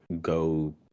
go